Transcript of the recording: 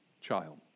child